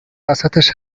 وسطش